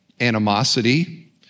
animosity